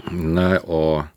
na o